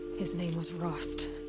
his name was rost.